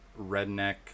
redneck